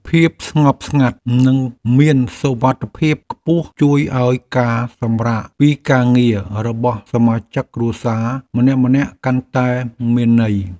ភាពស្ងប់ស្ងាត់និងមានសុវត្ថិភាពខ្ពស់ជួយឱ្យការសម្រាកពីការងាររបស់សមាជិកគ្រួសារម្នាក់ៗកាន់តែមានន័យ។